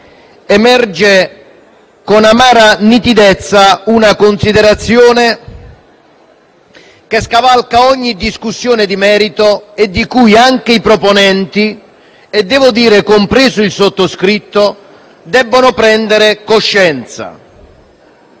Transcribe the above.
emerge, con amara nitidezza, una considerazione che scavalca ogni discussione di merito e di cui anche i proponenti - dire compreso il sottoscritto - devono prendere coscienza.